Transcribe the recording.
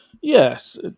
yes